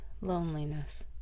loneliness